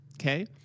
Okay